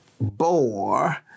bore